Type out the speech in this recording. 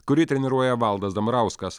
kurį treniruoja valdas dambrauskas